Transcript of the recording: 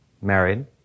married